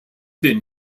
den